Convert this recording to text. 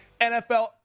NFL